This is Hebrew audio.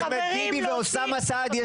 אחמד טיבי ואוסאמה סעדי,